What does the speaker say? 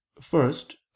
first